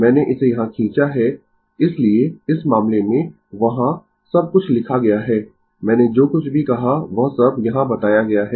मैंने इसे यहाँ खींचा है इसलिए इस मामले में वहां सब कुछ लिखा गया है मैंने जो कुछ भी कहा वह सब यहां बताया गया है